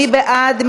מי בעד?